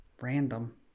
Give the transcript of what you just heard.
Random